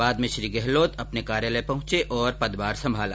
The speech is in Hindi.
बाद में श्री गहलोत अपने कार्यालय पहुंचे आर पदभार संभाला